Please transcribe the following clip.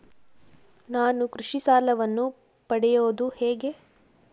ನಾನು ಕೃಷಿ ಸಾಲವನ್ನು ಪಡೆಯೋದು ಹೇಗೆ?